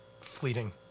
Fleeting